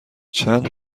چند